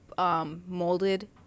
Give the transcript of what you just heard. Molded